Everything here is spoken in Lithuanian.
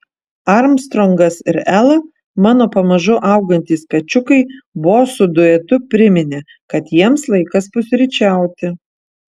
armstrongas ir ela mano pamažu augantys kačiukai bosų duetu priminė kad jiems laikas pusryčiauti